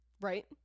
Right